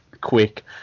quick